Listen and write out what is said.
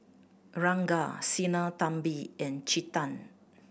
Ranga Sinnathamby and Chetan